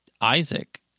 Isaac